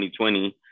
2020